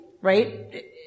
right